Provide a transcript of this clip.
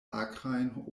akrajn